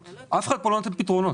אף אחד לא נותן פה פתרונות.